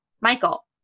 Michael